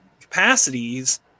capacities